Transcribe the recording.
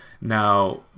Now